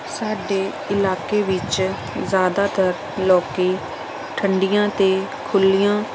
ਸਾਡੇ ਇਲਾਕੇ ਵਿੱਚ ਜ਼ਿਆਦਾਤਰ ਲੋਕੀਂ ਠੰਡੀਆਂ ਅਤੇ ਖੁੱਲ੍ਹੀਆਂ